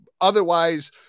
Otherwise